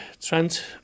Trent